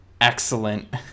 Excellent